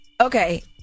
Okay